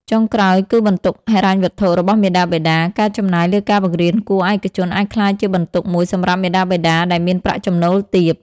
ចុងក្រោយ គឺបន្ទុកហិរញ្ញវត្ថុរបស់មាតាបិតា ការចំណាយលើការបង្រៀនគួរឯកជនអាចក្លាយជាបន្ទុកមួយសម្រាប់មាតាបិតាដែលមានប្រាក់ចំណូលទាប។